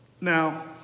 Now